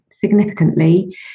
significantly